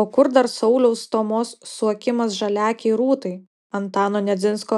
o kur dar sauliaus stomos suokimas žaliaakei rūtai antano nedzinsko